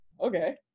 okay